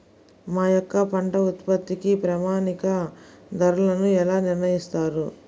మా యొక్క పంట ఉత్పత్తికి ప్రామాణిక ధరలను ఎలా నిర్ణయిస్తారు?